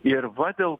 ir va dėl